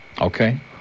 Okay